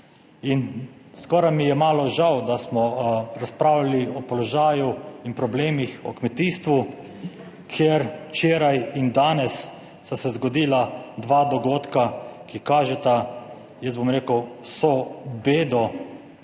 In skoraj mi je malo žal, da smo razpravljali o položaju in problemih o kmetijstvu, ker včeraj in danes sta se zgodila dva dogodka, ki kažeta, jaz bom rekel, vso bedo